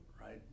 right